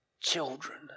children